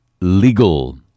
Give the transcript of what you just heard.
legal